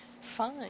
Fine